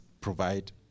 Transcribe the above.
provide